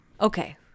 okay